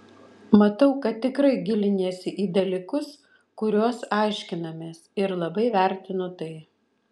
matau kad tikrai giliniesi į dalykus kuriuos aiškinamės ir labai vertinu tai